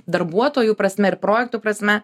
darbuotojų prasme ir projektų prasme